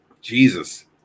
Jesus